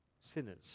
sinners